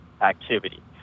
activity